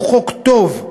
שהוא חוק טוב,